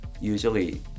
usually